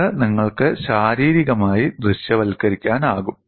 ഇത് നിങ്ങൾക്ക് ശാരീരികമായി ദൃശ്യവൽക്കരിക്കാനാകും